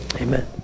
amen